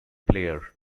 player